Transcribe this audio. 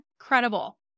incredible